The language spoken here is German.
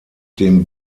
dem